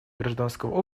гражданского